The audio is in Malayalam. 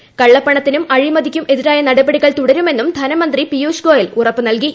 ഉ കള്ളപ്പണത്തിനും അഴിമതിക്കും എതിരായ നടുപടികൾ തുടരുമെന്നും ധനമന്ത്രി പീയുഷ് ഗോയൽ ഉറപ്പ് നൽകി